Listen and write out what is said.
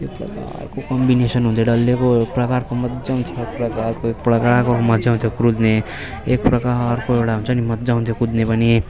एक प्रकारको कम्बिनेसन हुन्थ्यो डल्लैको एक प्रकारको मज्जा आउँथ्यो एक प्रकारको एक प्रकारको मज्जा आउँथ्यो कुद्ने एक प्रकारको एउटा हुन्छ नि मज्जा आउँथ्यो कुद्ने पनि